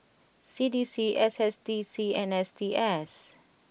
C D C S S D C and S T S